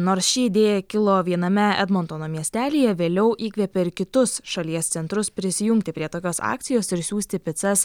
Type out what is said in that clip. nors ši idėja kilo viename edmontono miestelyje vėliau įkvėpė ir kitus šalies centrus prisijungti prie tokios akcijos ir siųsti picas